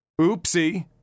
oopsie